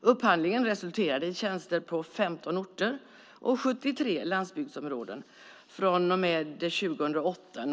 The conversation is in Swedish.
Upphandlingen resulterade i tjänster på 15 orter och i 73 landsbygdsområden från och med den 1 juli 2008.